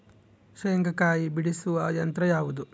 ಶೇಂಗಾಕಾಯಿ ಬಿಡಿಸುವ ಯಂತ್ರ ಯಾವುದು?